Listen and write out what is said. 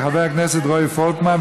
חברת הכנסת מיכל רוזין ביקשה להצביע בעד.